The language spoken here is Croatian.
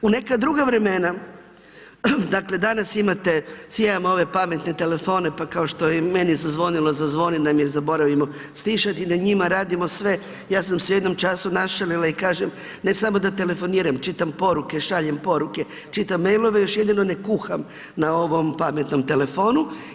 U neka druga vremena, dakle, danas imate, svi imamo ove pametne telefone, pa kao što je i meni zazvonilo, zazvoni nam jer zaboravimo stišati, na njima radimo sve, ja sam se u jednom času našalila i kažem ne samo da telefoniram, čitam poruke, šaljem poruke, čitam mailove, još jedino ne kuham na ovom pametnom telefonu.